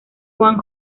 juan